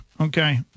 okay